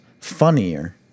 funnier